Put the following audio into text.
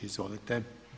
Izvolite.